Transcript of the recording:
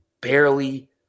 barely